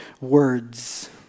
words